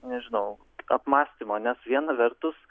nežinau apmąstymo nes viena vertus